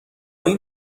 این